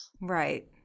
Right